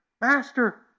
master